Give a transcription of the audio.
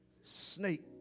snake